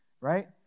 right